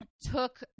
took